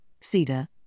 cedar